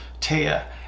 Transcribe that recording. Taya